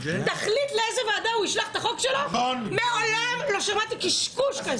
תחליט לאיזו ועדה הוא ישלח את החוק שלו מעולם לא שמעתי קשקוש בזה.